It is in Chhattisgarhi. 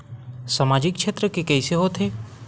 सामजिक क्षेत्र के कइसे होथे?